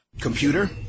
Computer